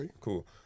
cool